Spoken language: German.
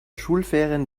schulferien